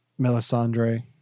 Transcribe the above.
Melisandre